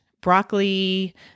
broccoli